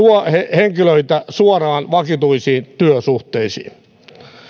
henkilöitä suoraan vakituisiin työsuhteisiin